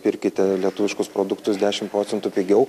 pirkite lietuviškus produktus dešimt procentų pigiau